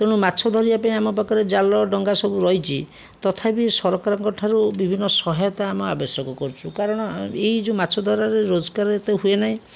ତେଣୁ ମାଛ ଧରିବା ପାଇଁ ଆମ ପାଖରେ ଜାଲ ଡଙ୍ଗା ସବୁ ରହିଛି ତଥାବି ସରକାରଙ୍କ ଠାରୁ ବିଭିନ୍ନ ସହାୟତା ଆମେ ଆବଶ୍ୟକ କରୁଛୁ କାରଣ ଏହି ଯେଉଁ ମାଛ ଧରାରେ ରୋଜଗାର ଏତେ ହୁଏ ନାହିଁ